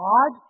God